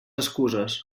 excuses